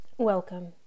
welcome